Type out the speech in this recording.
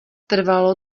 trvalo